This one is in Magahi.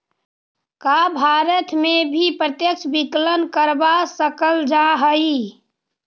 का भारत में भी प्रत्यक्ष विकलन करवा सकल जा हई?